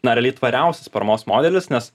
na realiai tvariausias paramos modelis nes